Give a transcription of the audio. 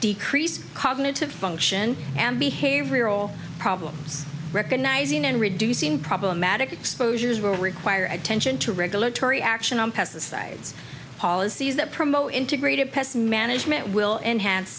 decreased cognitive function and behavioral problems recognizing and reducing problematic exposures will require attention to regulatory action on pesticides policies that promote integrated pest management will enhance